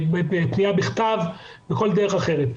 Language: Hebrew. בפניה בכתב, או בכל דרך אחרת.